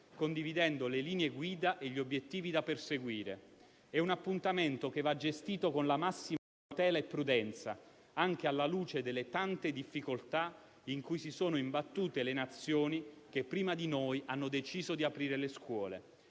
condividendo le linee guida e gli obiettivi da perseguire. È un appuntamento che va gestito con la massima cautela e prudenza, anche alla luce delle tante difficoltà in cui si sono imbattute le Nazioni che prima di noi hanno deciso di aprire le scuole.